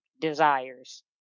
desires